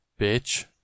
Bitch